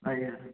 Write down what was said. ଆଜ୍ଞା